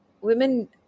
women